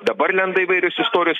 dabar lenda įvairios istorijos